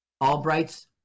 Albright's